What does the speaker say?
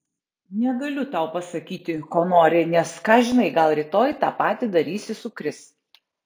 negaliu tau pasakyti ko nori nes ką žinai gal rytoj tą patį darysi su kris